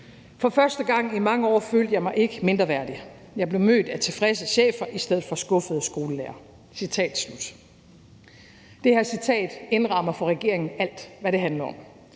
For første gang i rigtig mange år følte jeg mig ikke mindreværdig.« Og videre har han sagt: »Her blev jeg mødt af tilfredse chefer i stedet for skuffede skolelærere.« Det her citat indrammer for regeringen alt, hvad det handler om.